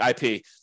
IP